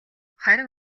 харин